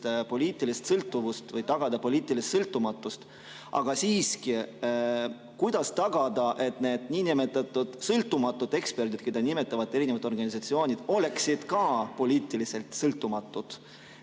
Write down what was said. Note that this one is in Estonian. poliitilist sõltuvust või tagada poliitilist sõltumatust. Aga siiski, kuidas tagada, et need niinimetatud sõltumatud eksperdid, keda nimetavad erinevad organisatsioonid, oleksid ka poliitiliselt sõltumatud? Me